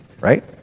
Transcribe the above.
right